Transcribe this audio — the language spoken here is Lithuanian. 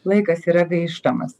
laikas yra gaištamas